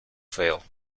fail